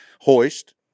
hoist